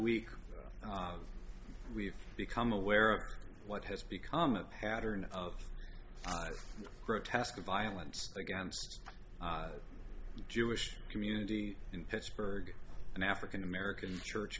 week we've become aware of what has become a pattern of grotesque violence against the jewish community in pittsburgh an african american church